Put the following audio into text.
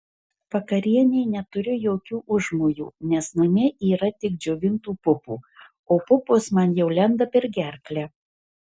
vakarienei neturiu jokių užmojų nes namie yra tik džiovintų pupų o pupos man jau lenda per gerklę